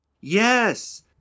Yes